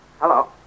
Hello